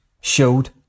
showed